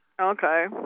Okay